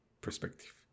perspective